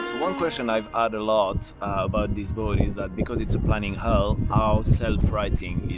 one question i've ah had a lot about this boat is that because it's a planning hull how self righting it